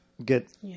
Get